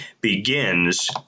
begins